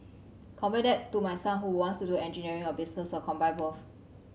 compare that to my son who wants to do engineering or business or combine both